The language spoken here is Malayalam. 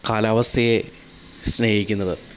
കാലാവസ്ഥയെ സ്നേഹിക്കുന്നവർ